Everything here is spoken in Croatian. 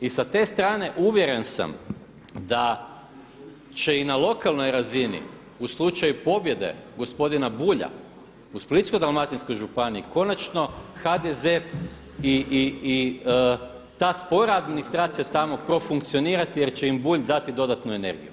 I sa te strane uvjeren sam da će i na lokalnoj razini u slučaju pobjede gospodina Bulja u Splitsko-dalmatinskoj županiji konačno HDZ i ta spora administracija tamo profunkcionirati jer će im Bulj dati dodatnu energiju.